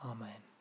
Amen